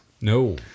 No